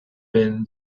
been